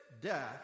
death